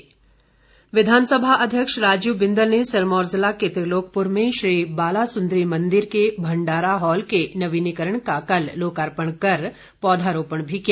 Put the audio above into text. बिंदल विधानसभा अध्यक्ष राजीव बिंदल ने सिरमौर जिला के त्रिलोकपुर में श्री बालासुन्दरी मंदिर के भण्डारा हॉल के नवीनीकरण का लोकार्पण कर पौधरोपण भी किया